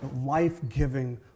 life-giving